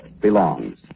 belongs